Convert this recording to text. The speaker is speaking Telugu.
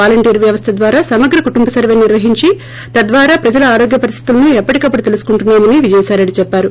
వాలంటీర్ వ్యవస్ల ద్వారా సమగ్ర కుటంబ సర్వే నిర్వహించి తద్వారా ప్రజల ఆరోగ్య పరిస్థితలను ఎప్పటికప్పుడు తెలుసుకుంటన్నా మని విజయసాయి రెడ్డి చెప్పారు